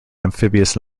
amphibious